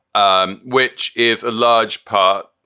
um which is a large part.